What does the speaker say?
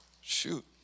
shoot